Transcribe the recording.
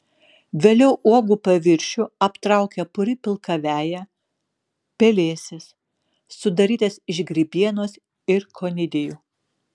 vėliau uogų paviršių aptraukia puri pilka veja pelėsis sudarytas iš grybienos ir konidijų